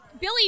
Billy